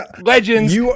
legends